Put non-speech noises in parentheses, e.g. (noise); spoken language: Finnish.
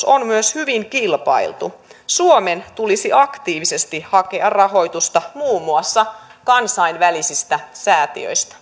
(unintelligible) on myös hyvin kilpailtu suomen tulisi aktiivisesti hakea rahoitusta muun muassa kansainvälisistä säätiöistä (unintelligible)